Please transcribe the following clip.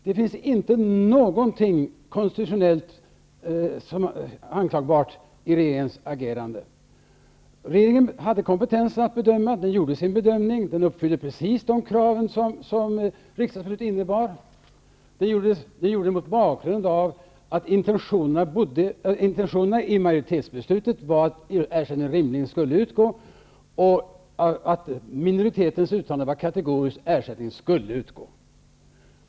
Det finns inte någonting konstitutionellt att anmärka på regeringens agerande. Regeringen hade kompetensen att bedöma och gjorde sin bedömning. Den uppfyllde percis de krav som riksdagsbeslutet innebar. Intentionerna bakom majoritetsbeslutet var att ersättning skulle utgå, och minoritetens yttrande var kategoriskt: ersättning skulle utgå.